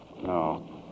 no